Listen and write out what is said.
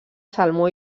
salmó